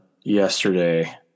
yesterday